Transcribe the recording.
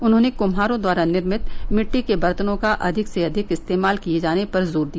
उन्होंने कुम्हारो द्वारा निर्मित मिट्टी के बर्तनों का अधिक से अधिक इस्तेमाल किए जाने पर जोर दिया